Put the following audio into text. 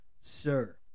Sir